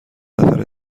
نفر